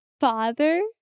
father